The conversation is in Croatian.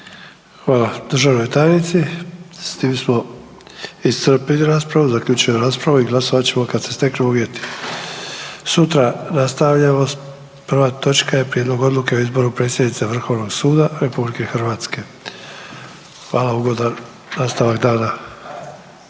državnoj tajnici. S time smo iscrpili raspravu. Zaključujem raspravu i glasovat ćemo kad se steknu uvjeti. Sutra nastavljamo sa prvom točkom. – Prijedlog odluke o izboru predsjednice Vrhovnog suda RH. Hvala. Ugodan nastavak dana.